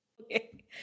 Okay